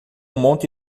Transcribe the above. monte